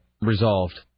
resolved